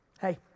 Hey